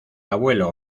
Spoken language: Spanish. abuelo